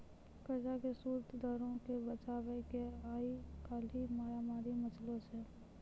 कर्जा के सूद दरो के बचाबै के आइ काल्हि मारामारी मचलो छै